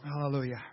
Hallelujah